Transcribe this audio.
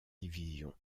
division